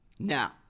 Now